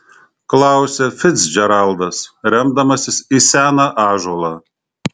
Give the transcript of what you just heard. klausia ficdžeraldas remdamasis į seną ąžuolą